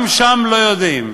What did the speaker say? גם שם לא יודעים,